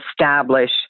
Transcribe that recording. establish